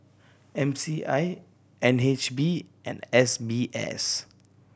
M C I N H B and S B S